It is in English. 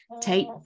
take